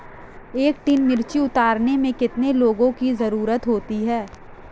एक टन मिर्ची उतारने में कितने लोगों की ज़रुरत होती है?